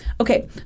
okay